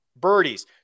birdies